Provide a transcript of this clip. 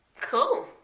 Cool